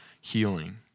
healing